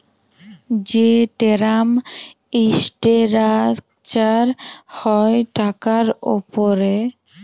যে term structure হ্যয় টাকার উপরে